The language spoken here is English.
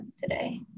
today